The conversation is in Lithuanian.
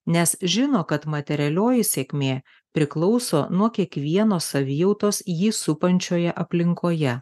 nes žino kad materialioji sėkmė priklauso nuo kiekvieno savijautos jį supančioje aplinkoje